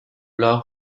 law